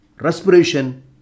Respiration